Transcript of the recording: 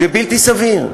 זה בלתי סביר.